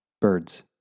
birds